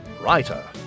writer